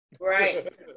Right